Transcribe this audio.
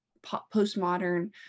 postmodern